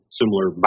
similar